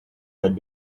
had